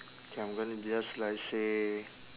okay I'm gonna just like say